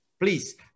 Please